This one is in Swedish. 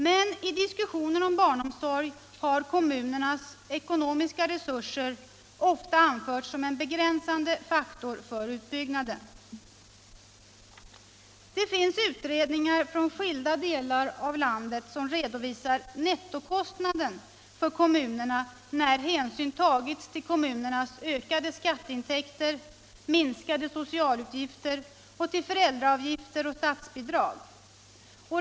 Men i diskussionen om barnomsorg har kommunernas ekonomiska resurser ofta anförts som en begränsande faktor för utbyggnaden. Det finns utredningar från skilda delar av landet som redovisar nettokostnaden för kommunerna när hänsyn tagits till kommunernas ökade skatteintäkter och minskade socialutgifter samt till föräldraavgifter och statsbidrag.